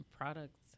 products